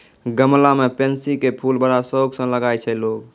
गमला मॅ पैन्सी के फूल बड़ा शौक स लगाय छै लोगॅ